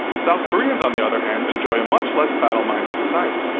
south koreans on the other hand enjoy a much less battle-minded society.